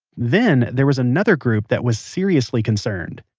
then there was another group that was seriously concerned.